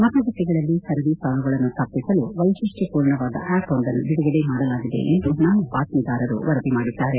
ಮತಗಟ್ಗೆಗಳಲ್ಲಿ ಸರದಿ ಸಾಲುಗಳನ್ನು ತಪ್ಪಸಲು ವೈಶಿಷ್ಟ ಪೂರ್ಣವಾದ ಆಪ್ ಒಂದನ್ನು ಬಿಡುಗಡೆ ಮಾಡಲಾಗಿದೆ ಎಂದು ನಮ್ನ ಬಾತ್ತೀದಾರರು ವರದಿ ಮಾಡಿದ್ಗಾರೆ